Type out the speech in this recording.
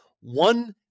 one